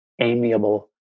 amiable